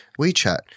WeChat